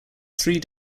three